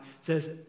says